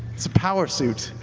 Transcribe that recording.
it's a power suit